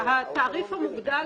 התעריף המוגדל,